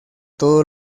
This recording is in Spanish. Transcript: todo